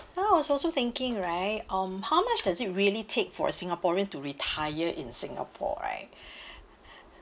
I was also thinking right um how much does it really take for a singaporean to retire in singapore right